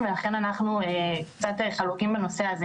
וזה לא בגלל שאנחנו מנסים לגלגל את האחריות.